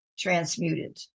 transmuted